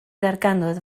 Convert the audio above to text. ddarganfod